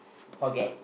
forget